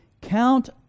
count